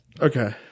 Okay